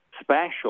special